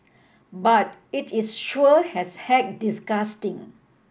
but it is sure has heck disgusting